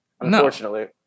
unfortunately